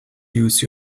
use